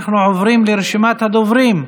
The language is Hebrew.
אנחנו עוברים לרשימת הדוברים.